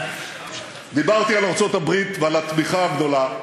דיברתי על ארצות-הברית והתמיכה הגדולה,